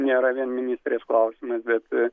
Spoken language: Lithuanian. nėra vien ministrės klausimas bet